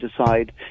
decide